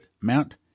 Mount